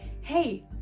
Hey